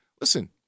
Listen